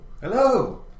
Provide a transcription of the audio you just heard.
Hello